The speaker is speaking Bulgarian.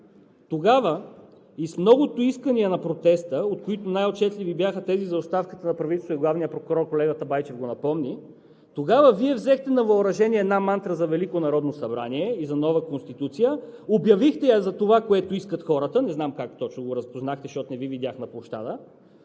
Тогава из многото искания на протеста, от които най-отчетливи бяха тези за оставката на правителството и главния прокурор – колегата Байчев го напомни, Вие взехте на въоръжение една мантра за Велико народно събрание и за нова Конституция, обявихте я за това, което искат хората, не знам как точно го разпознахте, защото не Ви видях на площада,